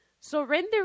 Surrender